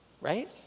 Right